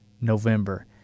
November